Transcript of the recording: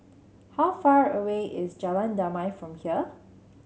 how far away is Jalan Damai from here